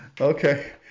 okay